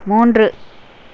மூன்று